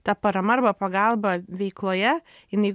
ta parama arba pagalba veikloje jinai